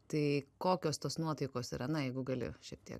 tai kokios tos nuotaikos yra na jeigu gali šiek tiek